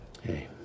Hey